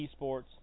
esports